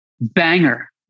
Banger